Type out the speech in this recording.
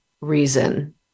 reason